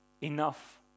Enough